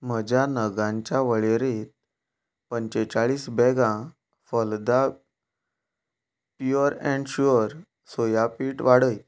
म्हज्या नगांच्या वळेरेंत पंचेचाळीस बॅगां फलदा प्युअर अँड शुअर सोया पीठ वाडय